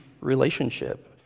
relationship